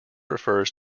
refers